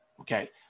Okay